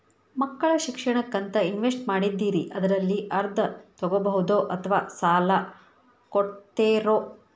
ಮಕ್ಕಳ ಶಿಕ್ಷಣಕ್ಕಂತ ಇನ್ವೆಸ್ಟ್ ಮಾಡಿದ್ದಿರಿ ಅದರಲ್ಲಿ ಅರ್ಧ ತೊಗೋಬಹುದೊ ಅಥವಾ ಸಾಲ ಕೊಡ್ತೇರೊ?